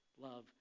love